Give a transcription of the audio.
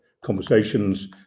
Conversations